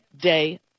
day